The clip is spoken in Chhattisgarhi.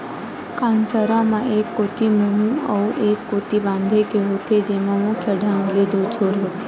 कांसरा म एक कोती मुहूँ अउ ए कोती बांधे के होथे, जेमा मुख्य ढंग ले दू छोर होथे